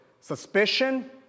suspicion